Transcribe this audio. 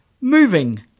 moving